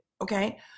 okay